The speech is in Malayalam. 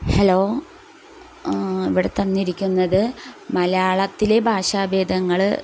ഹലോ ഇവിടെ തന്നിരിക്കുന്നത് മലയാളത്തിലെ ഭാഷാഭേദങ്ങൾ